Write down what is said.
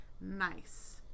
nice